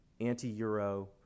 anti-Euro